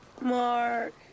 Mark